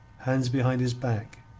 hands behind his back,